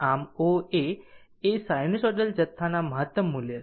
આમ O A એ sinusoidal જથ્થાના મહત્તમ મૂલ્ય છે